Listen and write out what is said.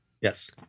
yes